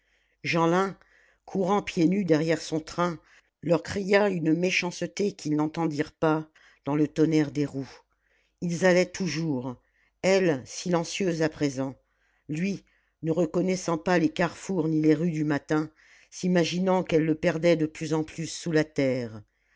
jeanlin courant pieds nus derrière son train leur cria une méchanceté qu'ils n'entendirent pas dans le tonnerre des roues ils allaient toujours elle silencieuse à présent lui ne reconnaissant pas les carrefours ni les rues du matin s'imaginant qu'elle le perdait de plus en plus sous la terre